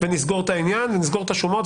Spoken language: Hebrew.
ונסגור את העניין ואת השומות,